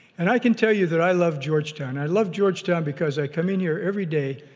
and i can tell you that i love georgetown. i love georgetown because i come in here every day,